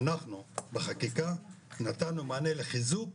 אנחנו בחקיקה נתנו מענה לחיזוק